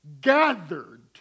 gathered